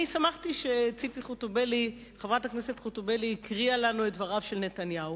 אני שמחתי שחברת הכנסת חוטובלי הקריאה לנו את דבריו של נתניהו,